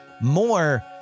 more